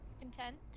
Content